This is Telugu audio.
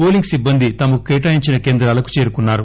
పోలింగ్ సిబ్బంది తమకు కేటాయించిన కేంద్రాలకు చేరుకున్నారు